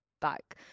back